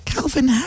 Calvin